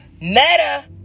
Meta